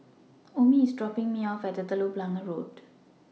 Omie IS dropping Me off At Telok Blangah Road